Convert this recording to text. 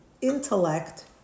intellect